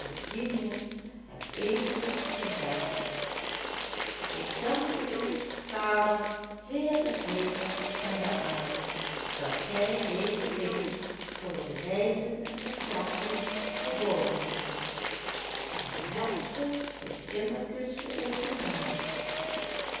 mond het ste vers ik danke u vader heer des hemels en der aarde dat gij deze dingen voor de wijzen en verstandigen verborgen hebt en hebt ze den kinderkens